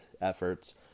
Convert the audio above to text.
efforts